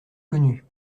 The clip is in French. connue